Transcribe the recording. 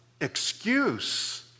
excuse